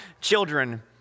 children